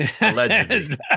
Allegedly